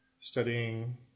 studying